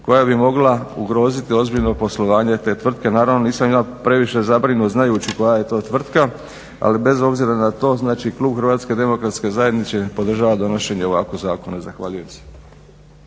koja bi mogla ugroziti ozbiljno poslovanje te tvrtke. Naravno nisam ja previše zabrinut znajući koja je to tvrtka ali bez obzira na to znači Klub Hrvatske demokratske zajednice podržava donošenje ovakvog zakona. Zahvaljujem se.